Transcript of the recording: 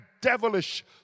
devilish